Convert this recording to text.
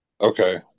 Okay